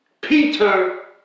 peter